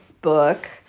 book